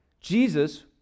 Jesus